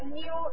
new